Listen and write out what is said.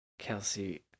Kelsey